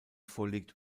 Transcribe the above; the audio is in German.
vorliegt